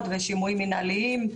ושימועים מינהלים,